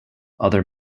other